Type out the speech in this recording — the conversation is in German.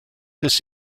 des